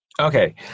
Okay